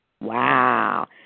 Wow